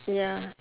ya